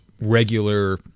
regular